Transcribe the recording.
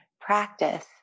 practice